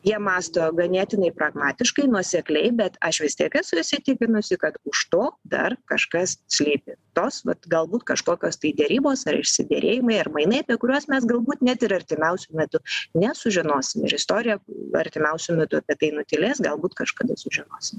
jie mąsto ganėtinai pragmatiškai nuosekliai bet aš vis tiek esu įsitikinusi kad už to dar kažkas slypi tos vat galbūt kažkokios tai derybos ar išsiderėjimai ar mainai apie kuriuos mes galbūt net ir artimiausiu metu nesužinosim ir istorija artimiausiu metu apie tai nutylės galbūt kažkada sužinosim